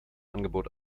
angebot